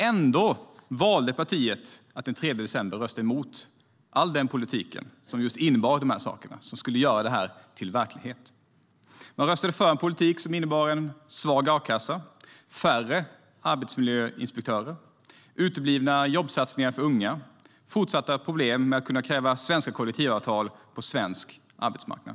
Ändå valde partiet att den 3 december rösta emot all den politik som innebar dessa saker och som skulle göra detta till verklighet. Man röstade för en politik som innebar en svag a-kassa, färre arbetsmiljöinspektörer, uteblivna jobbsatsningar för unga och fortsatta problem med att kunna kräva svenska kollektivavtal på svensk arbetsmarknad.